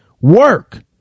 work